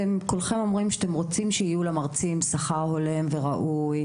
אתם אומרים שאתם רוצים שיהיו למרצים שכר הולם וראוי,